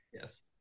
Yes